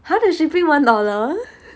!huh! the shipping one dollar